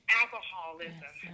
alcoholism